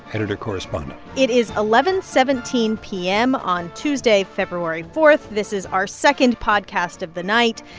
editor correspondent it is eleven seventeen p m. on tuesday, february four. this is our second podcast of the night.